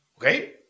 okay